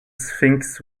sphinx